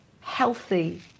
healthy